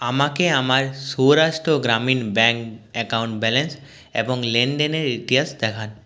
আমাকে আমার Saurashtra Gramin bank account balance এবং লেনদেনের ইতিহাস দেখান